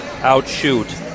outshoot